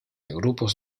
grupos